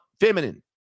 feminine